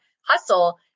hustle